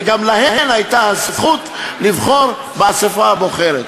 וגם להן הייתה הזכות לבחור באספה הבוחרת.